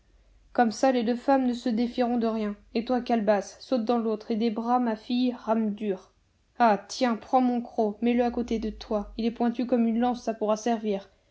comme ça les deux femmes ne se défieront de rien et toi calebasse saute dans l'autre et des bras ma fille rame dur ah tiens prends mon croc mets-le à côté de toi il est pointu comme une lance ça pourra servir